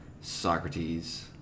Socrates